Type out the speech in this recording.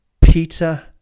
Peter